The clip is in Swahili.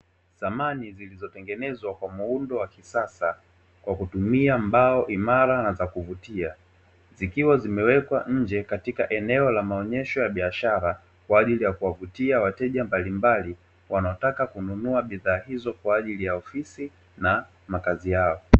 Samani zilizotengenezwa kwa mfumo wa kisasa, kwa kutumia mbao imara na za kuvutia, zikiwa zimewekwa nje katika eneo la maonyesho ya biashara kwa ajili ya kuwavutia wateja mbalimbali wanaotaka kununua bidhaa hizo kwa ajili ya ofisi na makazi yao.